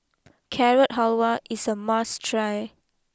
Carrot Halwa is a must try